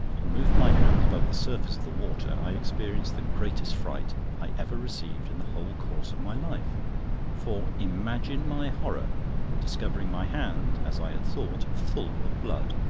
on moving my hand above the surface of the water, i experienced the greatest fright i ever received in the whole course of my life for imagine my horror on discovering my hand, as i thought, full of blood.